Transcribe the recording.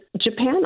japan